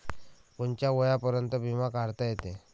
कोनच्या वयापर्यंत बिमा काढता येते?